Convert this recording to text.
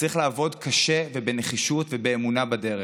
וצריך לעבוד קשה ובנחישות ובאמונה בדרך,